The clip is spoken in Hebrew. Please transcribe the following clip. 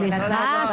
סליחה.